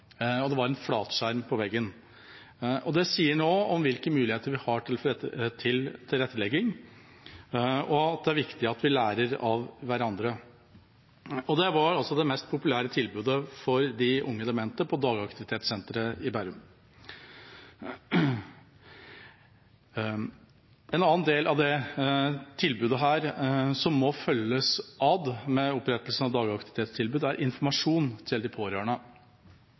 det var en flatskjerm på veggen. Det sier noe om hvilke muligheter vi har til tilrettelegging, og at det er viktig at vi lærer av hverandre. Det var altså det mest populære tilbudet for de unge demente på dagaktivitetssenteret i Bærum. En annen del av dette tilbudet som må følges at med opprettelsen av dagaktivitetstilbud, er informasjon til de pårørende.